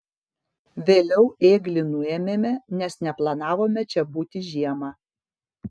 vėliau ėglį nuėmėme nes neplanavome čia būti žiemą